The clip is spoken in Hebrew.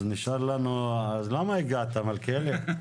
אז למה הגעת מלכיאלי?